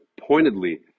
pointedly